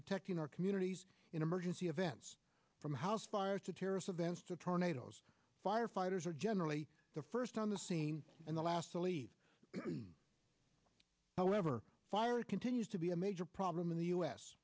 protecting our communities in emergency events from house fires to terrorist events to tornadoes firefighters are generally the first on the scene and the last to leave however fire continues to be a major problem in the u